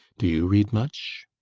do you read much?